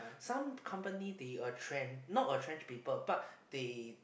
some company they a trench not a trend people but they